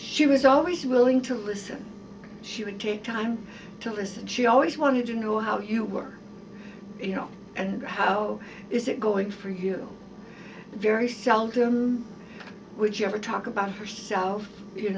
she was always willing to listen she would take time to listen she always wanted to know how you were you know and how is it going for you very seldom would you ever talk about herself you